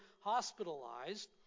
hospitalized